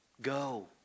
Go